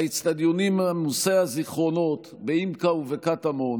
האצטדיונים עמוסי הזיכרונות בימק"א ובקטמון